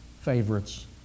favorites